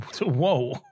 whoa